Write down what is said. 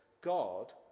God